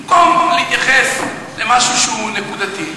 במקום להתייחס למשהו שהוא נקודתי,